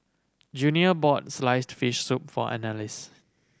Junior bought sliced fish soup for Annalise